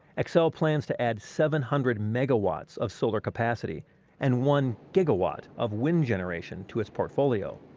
xcel plans to add seven hundred megawatts of solar capacity and one gigawatt of wind generation to its portfolio.